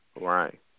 right